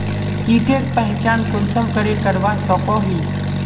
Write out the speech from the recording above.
कीटेर पहचान कुंसम करे करवा सको ही?